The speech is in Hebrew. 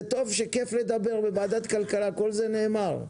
זה טוב שכיף לדבר בוועדת הכלכלה כל זה נאמר,